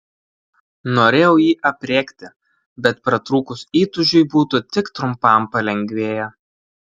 norėjau jį aprėkti bet pratrūkus įtūžiui būtų tik trumpam palengvėję